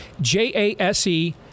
J-A-S-E